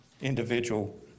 individual